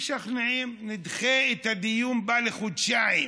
משכנעים, נדחה את הדיון בה בחודשיים.